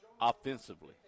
offensively